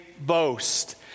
boast